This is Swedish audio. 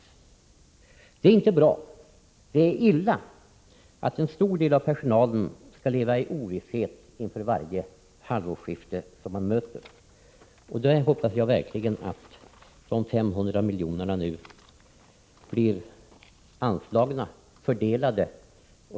Det är inte bra — det är illa — att en stor del av personalen skall leva i ovisshet inför varje halvårsskifte som man möter. Jag hoppas verkligen att de 500 miljonerna nu blir anslagna.